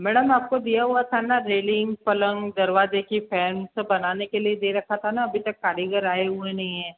madam आप को दिया हुआ था ना रेलिंग पलंग दरवाजे का फैन सब बनाने के लिए दे रखा था ना अभी तक कारीगर आए हुए नहीं हैं